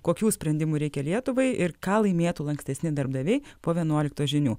kokių sprendimų reikia lietuvai ir ką laimėtų lankstesni darbdaviai po vienuoliktos žinių